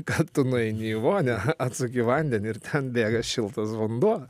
kad tu nueini į vonią atsuki vandenį ir ten bėga šiltas vanduo